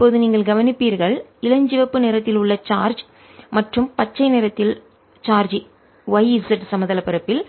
இப்போது நீங்கள் கவனிப்பீர்கள் இளஞ்சிவப்பு நிறத்தில் உள்ள சார்ஜ் மற்றும் பச்சை நிறத்தில் சார்ஜ் y z சமதள பரப்பில்